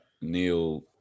Neil